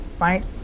right